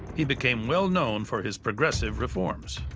he became well known for his progressive reforms.